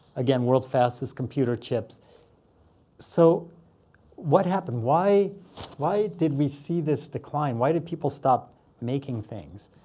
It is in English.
again, world's fastest computer chips so what happened? why why did we see this decline? why did people stop making things?